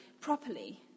properly